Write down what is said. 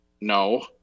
No